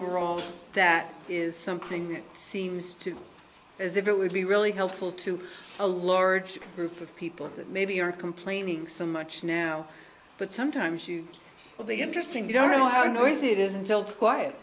r all of that is something that seems to as if it would be really helpful to a large group of people that maybe aren't complaining so much now but sometimes well the interesting you don't know how noisy it is until quiet